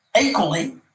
equally